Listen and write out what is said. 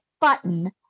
button